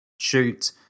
shoot